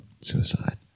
suicide